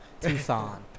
Tucson